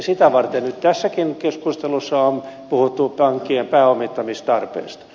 sitä varten nyt tässäkin keskustelussa on puhuttu pankkien pääomittamistarpeesta